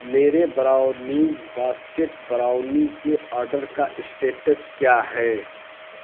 میرے brownies basket brownie کے order کا اسٹیٹس کیا ہے